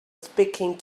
speaking